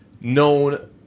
known